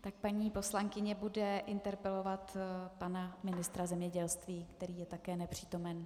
Tak paní poslankyně bude interpelovat pana ministra zemědělství, který je také nepřítomen.